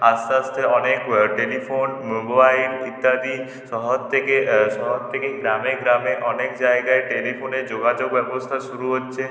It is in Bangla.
আস্তে আস্তে অনেক টেলিফোন মোবাইল ইত্যাদি শহর থেকে শহর থেকে গ্রামে গ্রামে অনেক জায়গায় টেলিফোনে যোগাযোগ ব্যবস্থা শুরু হচ্ছে